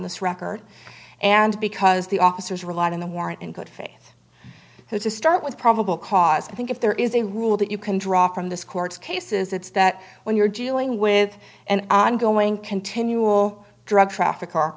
this record and because the officers relied on the warrant in good faith so to start with probable cause i think if there is a rule that you can draw from this court's cases it's that when you're dealing with an ongoing continual drug traffic